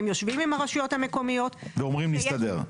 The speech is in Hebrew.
הם יושבים עם הרשויות המקומיות ואומרים נסתדר?